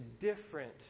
different